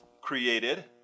created